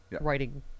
writing